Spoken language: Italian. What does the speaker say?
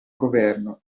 governo